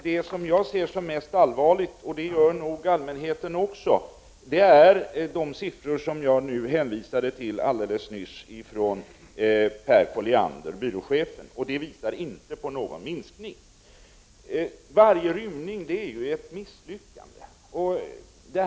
Det jag ser som mest allvarligt — och detsamma gäller nog för allmänheten — är de siffror som presenterades av Per Colliander, byråchefen, som jag nyss hänvisade till. Dessa siffror visar inte på någon minskning i antalet rymningar. Varje rymning är ju ett misslyckande.